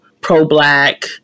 pro-black